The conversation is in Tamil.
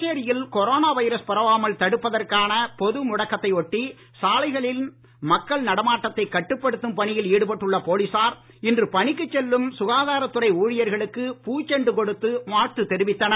புதுச்சேரியில் கொரோனா வைரஸ் பரவாமல் தடுப்பதற்கான பொது முடக்கத்தை ஒட்டி சாலைகளின் மக்கள் நடமாட்டதைக் கட்டப்படுத்தும் பணியில் ஈடுபட்டுள்ள போலீசார் இன்று பணிக்குச் செல்லும் சுகாதாரத் துறை ஊழியர்களுக்கு பூச்செண்டு கொடுத்து வாழ்த்து தெரிவித்தனர்